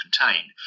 contained